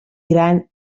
gran